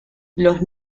los